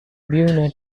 buena